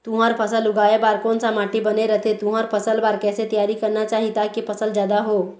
तुंहर फसल उगाए बार कोन सा माटी बने रथे तुंहर फसल बार कैसे तियारी करना चाही ताकि फसल जादा हो?